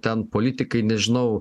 ten politikai nežinau